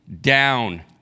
down